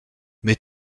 mais